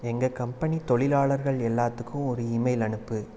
எங்கள் கம்பெனி தொழிலாளர்கள் எல்லாத்துக்கும் ஒரு இமெயில் அனுப்பு